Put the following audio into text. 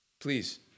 Please